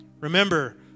remember